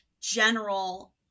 general